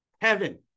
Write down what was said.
heaven